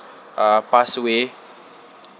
uh pass away